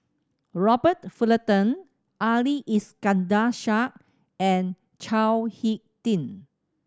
Robert Fullerton Ali Iskandar Shah and Chao Hick Tin